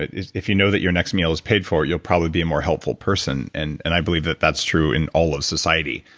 if you know that your next meal is paid for, you'll probably be a more helpful person and and i believe that that's true in all of society.